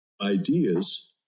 ideas